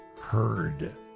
heard